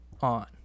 on